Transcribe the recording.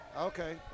Okay